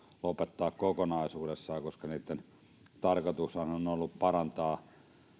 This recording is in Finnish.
lopettaa kokonaisuudessaan koska niiden tarkoitushan on ollut parantaa